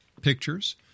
pictures